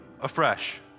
afresh